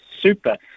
super